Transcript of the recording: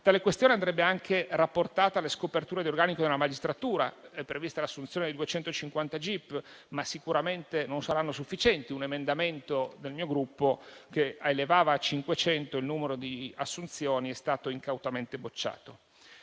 Tale questione andrebbe anche rapportata alle scoperture di organico della magistratura. È prevista l'assunzione di 250 gip, ma sicuramente non saranno sufficienti. Un emendamento del mio Gruppo, che elevava a 500 il numero di assunzioni, è stato incautamente bocciato.